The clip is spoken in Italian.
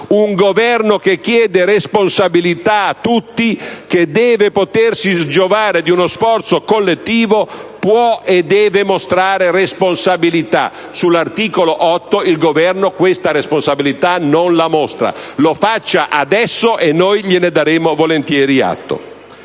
Un Governo che chiede responsabilità a tutti, che deve potersi giovare di uno sforzo collettivo, può e deve mostrare responsabilità. Sull'articolo 8 il Governo non mostra questa responsabilità; lo faccia adesso e noi gliene daremo volentieri atto.